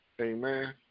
Amen